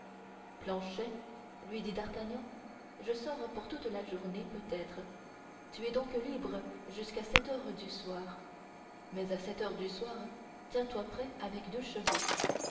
planchet lui dit d'artagnan je sors pour toute la journée peutêtre tu es donc libre jusqu'à sept heures du soir mais à sept heures du soir tiens-toi prêt avec deux chevaux